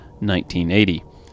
1980